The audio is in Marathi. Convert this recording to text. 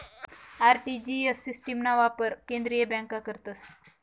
आर.टी.जी.एस सिस्टिमना वापर केंद्रीय बँका करतस